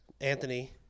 anthony